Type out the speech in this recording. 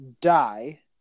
die